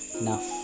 enough